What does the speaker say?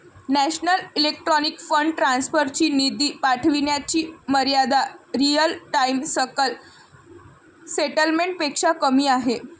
national electronic fund transfer ची निधी पाठविण्याची मर्यादा रिअल टाइम सकल सेटलमेंट पेक्षा कमी आहे